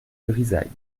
brizailles